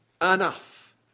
enough